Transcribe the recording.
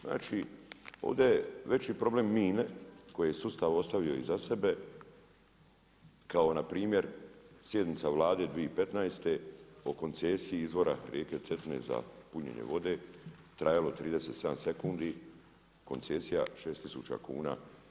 Znači ovdje je veći problem … koje je sustav ostavio iza sebe kao npr. sjednica Vlade 2015. o koncesiji izvora rijeke Cetine za punjenje vode, trajalo 37 sekundi, koncesija 6 tisuća kuna.